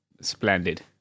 splendid